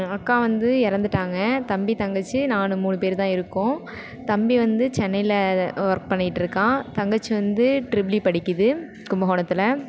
அக்கா வந்து இறந்துட்டாங்க தம்பி தங்கச்சி நான் மூணு பேர்தான் இருக்கோம் தம்பி வந்து சென்னையில் ஒர்க் பண்ணிட்டிருக்கான் தங்கச்சி வந்து ட்ரிபிள்இ படிக்கிது கும்பகோணத்தில்